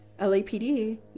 LAPD